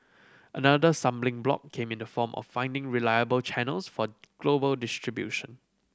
another stumbling block came in the form of finding reliable channels for global distribution